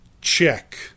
check